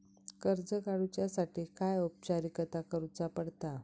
कर्ज काडुच्यासाठी काय औपचारिकता करुचा पडता?